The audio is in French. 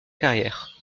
carrière